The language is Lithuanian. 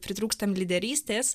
pritrūkstam lyderystės